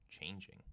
changing